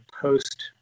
post